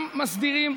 גם מסדירים,